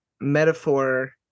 metaphor